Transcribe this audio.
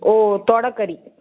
ஓ தொடைக்கறி